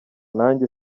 nanjye